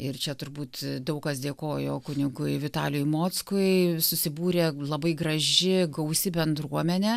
ir čia turbūt daug kas dėkojo kunigui vitalijui mockui susibūrė labai graži gausi bendruomenė